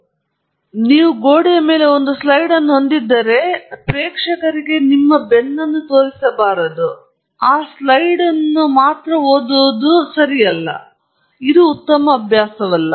ಆದ್ದರಿಂದ ನೀವು ಗೋಡೆಯ ಮೇಲೆ ಒಂದು ಸ್ಲೈಡ್ ಅನ್ನು ಹೊಂದಿದ್ದರೆ ಪ್ರೇಕ್ಷಕರಿಗೆ ನಿಮ್ಮ ಬೆನ್ನನ್ನು ತೋರಿಸಬಾರದು ಮತ್ತು ಆ ಸ್ಲೈಡ್ ಅನ್ನು ಮಾತ್ರ ಓದುವುದು ಮಾತ್ರವಲ್ಲ ಅದು ಉತ್ತಮ ಅಭ್ಯಾಸವಲ್ಲ